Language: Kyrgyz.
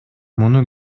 муну